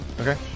Okay